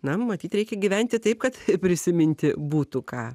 na matyt reikia gyventi taip kad prisiminti būtų ką